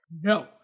No